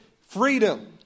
freedom